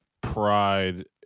pride